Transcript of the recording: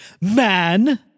man